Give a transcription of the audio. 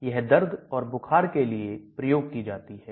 यह दर्द और बुखार के लिए प्रयोग की जाती है